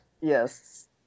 Yes